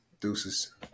deuces